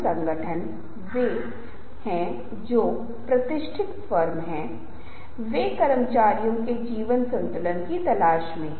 यहां आप पाते हैं कि यह वह जगह है जहां संदेश पर प्रकाश डालाहाइलाइट highlight गया है कि संदेश इन सभी चीजों को दे रहा है संदेश ध्यान आकर्षित करता है संदेश को समझा जाता है संदेश सीखा जाता है और यह संशोधित करता है